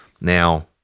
Now